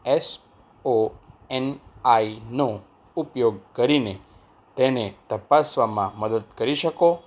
S O N આઈનો ઉપયોગ કરીને તેને તપાસવામાં મદદ કરી શકો